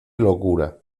locura